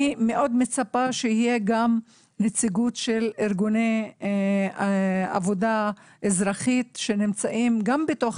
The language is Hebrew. אני מאוד מצפה שיהיה גם נציגות של ארגוני עבודה אזרחית שנמצאים גם בתוך